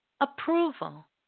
approval